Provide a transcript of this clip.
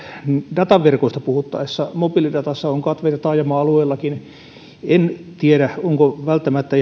dataverkoista puhuttaessa mobiilidatassa on katveita taajama alueillakin en tiedä onko välttämättä